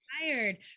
tired